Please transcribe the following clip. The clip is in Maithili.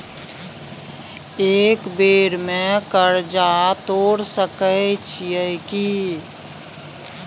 एक बेर में कर्जा तोर सके छियै की?